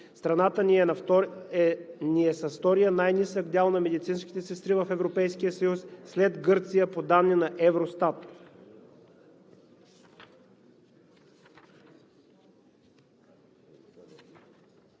Страната ни е с втория най-нисък дял на медицинските сестри в Европейския съюз след Гърция, по данни на Евростат.